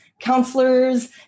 counselors